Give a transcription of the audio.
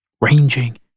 Ranging